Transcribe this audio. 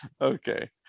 Okay